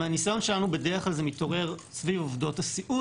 מהניסיון שלנו בדרך כלל זה מתעורר סביב עובדות הסיעוד